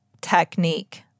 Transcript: technique